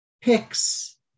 picks